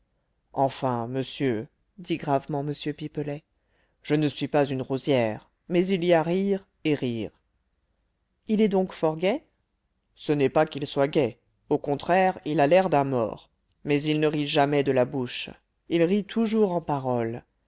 enfin monsieur dit gravement m pipelet je ne suis pas une rosière mais il y a rire et rire il est donc fort gai ce n'est pas qu'il soit gai au contraire il a l'air d'un mort mais il ne rit jamais de la bouche il rit toujours en paroles